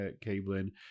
cabling